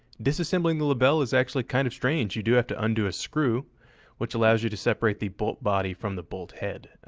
disassembling the lebel is actually kind of strange. you do have to undo a screw which allows you to separate the bolt body from the bolt head.